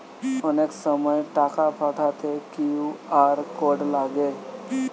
অনেক সময় টাকা পাঠাতে কিউ.আর কোড লাগে